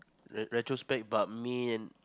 re~ retrospect but me and